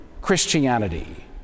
Christianity